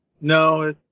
No